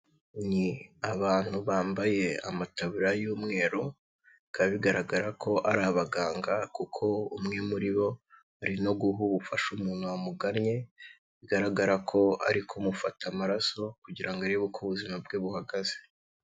Ni abantu bambaye amatabura y'umweru bikaba bigaragara ko ari abaganga kuko umwe muri bo arimo guha ubufasha umuntu wamugannye bigaragara ko ari kumufata amaraso kugira ngo arebe uko ubuzima bwe buhagaze.